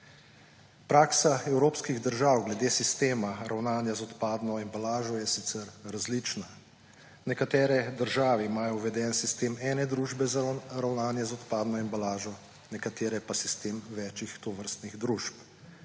Praksa evropskih držav glede sistema ravnanja z odpadno embalažo je sicer različna. Nekatere države imajo uveden sistem ene družbe za ravnanje z odpadno embalažo, nekatere pa sistem več tovrstnih družb.